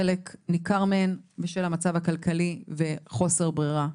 חלק ניכר מהן פעל כך בשל המצב הכלכלי וחוסר ברירה.